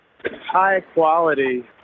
high-quality